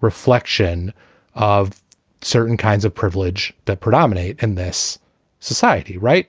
reflection of certain kinds of privilege that predominate in this society. right.